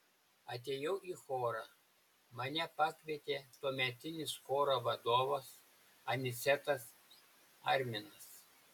atėjau į chorą mane pakvietė tuometinis choro vadovas anicetas arminas